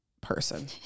person